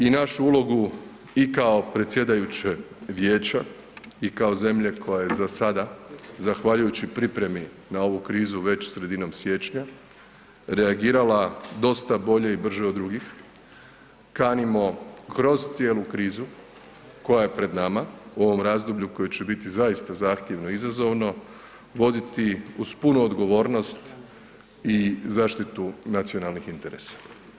I našu ulogu i kao predsjedajuće vijeća i kao zemlje koja je zasada zahvaljujući pripremi na ovu krizu već sredinom siječnja reagirala dosta bolje i brže od drugih kanimo kroz cijelu krizu koja je pred nama u ovom razdoblju koje će biti zaista zahtjevno i izazovno voditi uz punu odgovornost i zaštitu nacionalnih interesa.